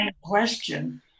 question